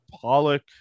Pollock